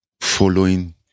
following